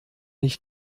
ich